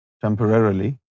temporarily